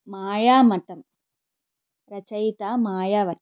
मायामतं रचयिता माया वर्तते